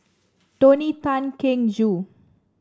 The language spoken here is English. Tony Tan Keng Joo